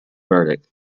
verdict